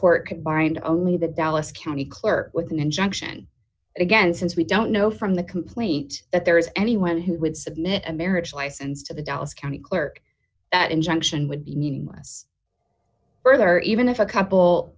court could bind only the dallas county clerk with an injunction against since we don't know from the complaint that there is anyone who would submit a marriage license to the dallas county clerk that injunction would be meaningless further even if a couple